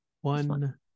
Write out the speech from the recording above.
One